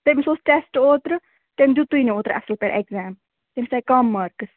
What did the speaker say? تٔمِس اوس ٹٮ۪سٹہ اوترٕ تٔمۍ دِتُے نہٕ اَصٕل پٲٹھۍ اٮ۪کزیم تٔمِس آیہِ کَم مارٕکٔس